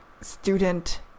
student